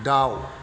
दाउ